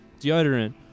deodorant